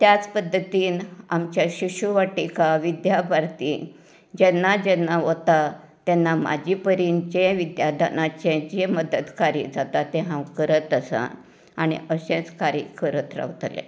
त्याच पद्दतीन आमच्या शिशुवाटिका विद्याभारतीन जेन्ना जेन्ना वता तेन्ना म्हाजे परेन जे विद्यादानांचे जे मदतकारी जाता ते हांव करत आसा आनी अशेंच कार्य करत रावतलें